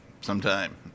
sometime